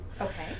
Okay